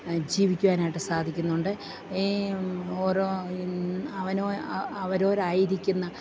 ജീവിക്കുവാനായിട്ട് സാധിക്കുന്നുണ്ട് ഈ ഓരോ അവനോ അവരോരായിരിക്കുന്ന